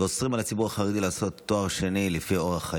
ואוסרים על הציבור החרדי לעשות תואר שני לפי אורח חייהם.